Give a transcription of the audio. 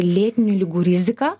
lėtinių ligų rizika